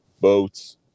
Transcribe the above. boats